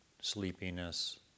sleepiness